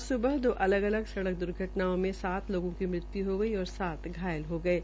आज सुबह दो अलग अलग सड़क दुर्घटनाओं में सात लोगों की मृत्य हो गई और सात घायल हो गये